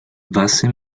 base